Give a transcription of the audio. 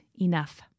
enough